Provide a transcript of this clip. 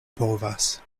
povas